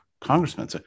congressmen